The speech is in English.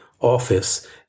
office